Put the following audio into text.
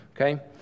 okay